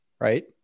right